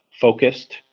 focused